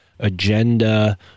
agenda